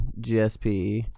GSP